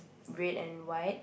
red and white